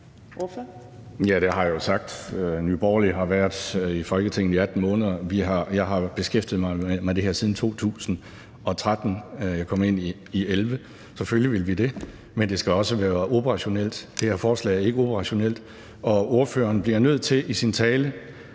Ja, det har jeg jo sagt. Nye Borgerlige har været i Folketinget i 18 måneder – jeg har beskæftiget mig med det her siden 2013; jeg kom ind i 2011. Selvfølgelig vil vi det, men det skal også være operationelt; det her forslag er ikke operationelt. Og ordføreren bliver nødt til i sin tale